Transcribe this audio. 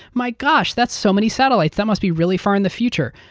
my gosh, that's so many satellites. that must be really far in the future.